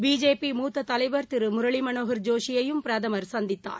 BJP மூத்ததலைவர் திருமுரளிமனோகர் ஜோஷியையும் பிரதமர் சந்தித்தார்